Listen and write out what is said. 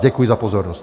Děkuji za pozornost.